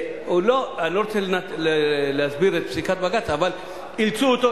אני לא רוצה להסביר את פסיקת בג"ץ, אבל אילצו אותו